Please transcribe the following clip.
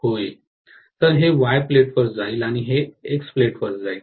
तर हे Y plate वर जाईल आणि हे X प्लेट वर जाईल